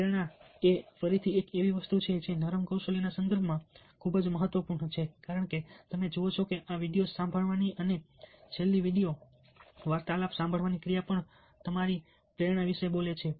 પ્રેરણા એ ફરીથી એક એવી વસ્તુ છે જે નરમ કૌશલ્યના સંદર્ભમાં ખૂબ જ મહત્વપૂર્ણ છે કારણ કે તમે જુઓ છો કે આ વિડિઓઝ સાંભળવાની અને છેલ્લી વિડિઓ વાર્તાલાપ સાંભળવાની ક્રિયા પણ તમારી પ્રેરણા વિશે બોલે છે